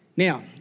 Now